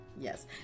Yes